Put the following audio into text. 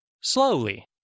slowly